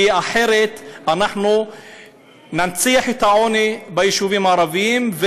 כי אחרת אנחנו ננציח את העוני ביישובים הערביים,